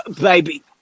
Baby